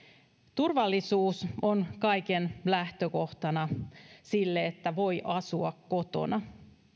turvallisuus on kaiken lähtökohtana sille että voi asua kotona